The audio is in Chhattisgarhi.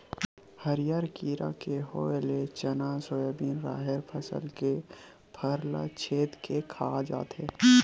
हरियर कीरा के होय ले चना, सोयाबिन, राहेर फसल के फर ल छेंद के खा जाथे